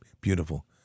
beautiful